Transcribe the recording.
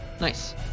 Nice